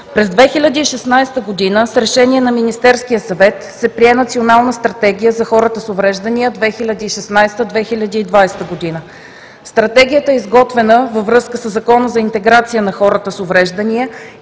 През 2016 г. с Решение на Министерския съвет се прие Национална стратегия за хората с увреждания 2016 – 2020 г. Стратегията е изготвена във връзка със Закона за интеграция на хората с увреждания